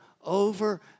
over